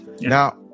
Now